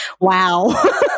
Wow